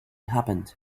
happened